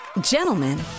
gentlemen